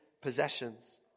possessions